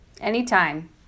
anytime